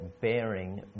bearing